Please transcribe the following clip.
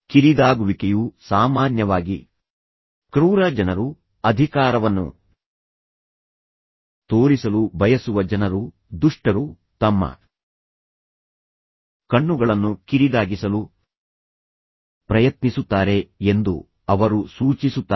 ಕಿರಿದಾಗುವಿಕೆಯು ಸಾಮಾನ್ಯವಾಗಿ ಕ್ರೂರ ಜನರು ಅಧಿಕಾರವನ್ನು ತೋರಿಸಲು ಬಯಸುವ ಜನರು ದುಷ್ಟರು ತಮ್ಮ ಕಣ್ಣುಗಳನ್ನು ಕಿರಿದಾಗಿಸಲು ಪ್ರಯತ್ನಿಸುತ್ತಾರೆ ಎಂದು ಅವರು ಸೂಚಿಸುತ್ತಾರೆ